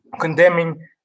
condemning